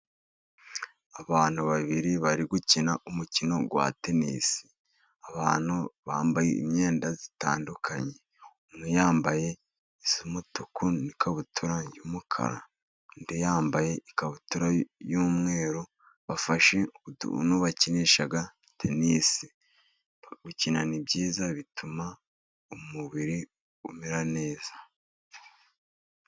Abantu babiri bari gukina umukino wa tenisi. Abantu bambaye imyenda itandukanye, umwe yambaye iy'umutuku n'ikabutura y'umukara, undi yambaye ikabutura y'umweru. Bafashe utuntu bakinisha tenisi. Gukina ni ibyiza bituma umubiri umera neza.